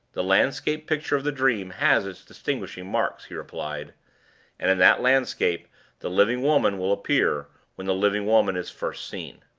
the landscape picture of the dream has its distinguishing marks, he replied and in that landscape the living woman will appear when the living woman is first seen.